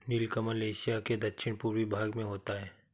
नीलकमल Asia के दक्षिण पूर्वी भाग में होता है